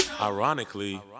Ironically